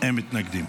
אין מתנגדים.